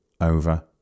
Over